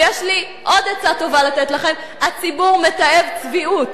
ויש לי עוד עצה טובה לתת לכם: הציבור מתעב צביעות.